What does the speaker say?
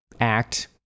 act